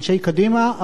אנשי קדימה,